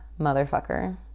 motherfucker